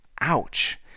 Ouch